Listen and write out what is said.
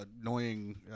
annoying